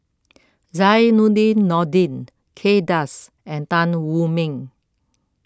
Zainudin Nordin Kay Das and Tan Wu Meng